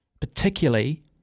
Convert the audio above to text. Particularly